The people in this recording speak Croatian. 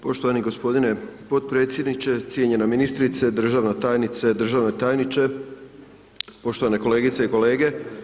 Poštovani g. potpredsjedniče, cijenjena ministrice, državna tajnice, državni tajniče, poštovane kolegice i kolege.